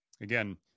again